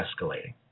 escalating